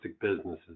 businesses